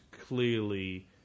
clearly